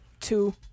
two